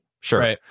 Sure